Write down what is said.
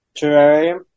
Terrarium